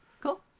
Cool